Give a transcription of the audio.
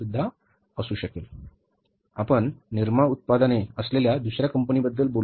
उदाहरणार्थ आपण निरमा उत्पादने असलेल्या दुसर्या कंपनीबद्दल बोलु